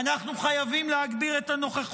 הצלחות